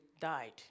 Died